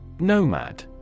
Nomad